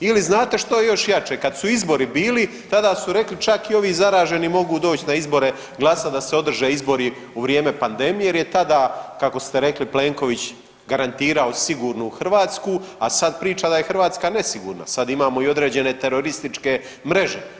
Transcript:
Ili znate što je jače kad su izbori bili tada su rekli čak i ovi zaraženi mogu doći na izbore glasat da se održe izbori u vrijeme pandemije jer je tada kako ste rekli Plenković garantirao sigurnu Hrvatsku, a sad priča da je Hrvatska nesigurna, sad imamo i određene terorističke mreže.